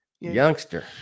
Youngster